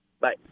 Bye